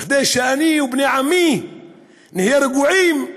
כדי שאני ובני עמי נהיה רגועים,